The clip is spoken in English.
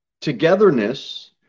togetherness